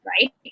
right